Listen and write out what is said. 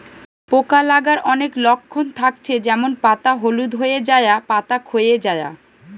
পোকা লাগার অনেক লক্ষণ থাকছে যেমন পাতা হলুদ হয়ে যায়া, পাতা খোয়ে যায়া